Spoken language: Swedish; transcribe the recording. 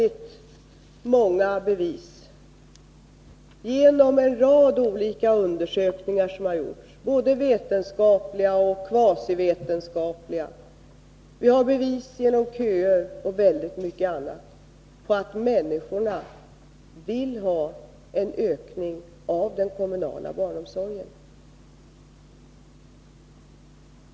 Genom en rad olika undersökningar — både vetenskapliga och kvasivetenskapliga —, genom köer och väldigt mycket annat har vi bevis för att människorna vill ha en ökning av den kommunala barnomsorgen.